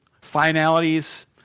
Finalities